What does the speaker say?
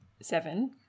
Seven